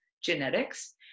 genetics